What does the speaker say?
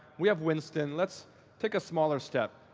we have winston. let's take a smaller step.